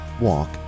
walk